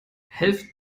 helft